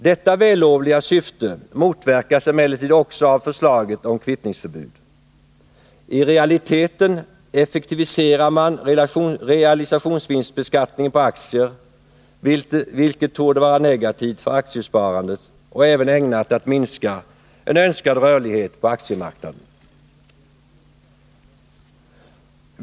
Detta vällovliga syfte motverkas emellertid också av förslaget om kvittningsförbud. I realiteten effektiviserar man realisationsvinstbeskattningen på aktier, vilket torde vara negativt för aktiesparandet och även ägnat att minska en önskad rörlighet på aktiemarknaden.